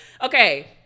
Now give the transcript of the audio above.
Okay